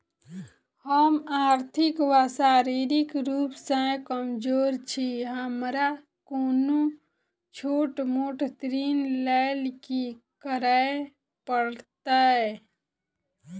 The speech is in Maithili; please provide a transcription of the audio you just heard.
हम आर्थिक व शारीरिक रूप सँ कमजोर छी हमरा कोनों छोट मोट ऋण लैल की करै पड़तै?